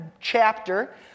chapter